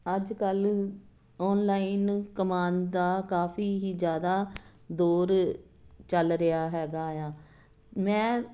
ਅੱਜ ਕੱਲ੍ਹ ਓਨਲਾਈਨ ਕਮਾਉਣ ਦਾ ਕਾਫ਼ੀ ਹੀ ਜ਼ਿਆਦਾ ਦੌਰ ਚੱਲ ਰਿਹਾ ਹੈਗਾ ਆ ਮੈਂ